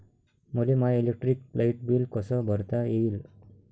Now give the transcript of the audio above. मले my electric light bill कस भरता येईल?